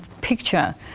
picture